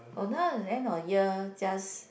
or now the end of year just